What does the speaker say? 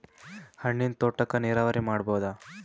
ಹಣ್ಣಿನ್ ತೋಟಕ್ಕ ನೀರಾವರಿ ಮಾಡಬೋದ?